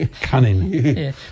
Cunning